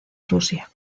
rusia